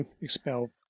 expel